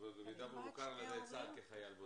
במידה והוא מוכר על ידי צה"ל כחייל בודד.